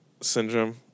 syndrome